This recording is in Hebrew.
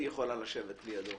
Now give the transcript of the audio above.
אני רוצה להתחיל בעניין שמתכתב,